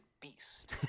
beast